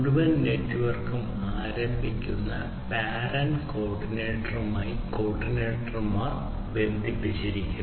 മുഴുവൻ നെറ്റ്വർക്കും ആരംഭിക്കുന്ന പാരന്റ് കോർഡിനേറ്ററുമായി കോർഡിനേറ്റർമാർ ബന്ധിപ്പിച്ചിരിക്കുന്നു